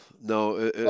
no